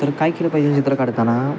तर काय केलं पाहिजे चित्र काढताना